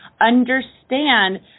understand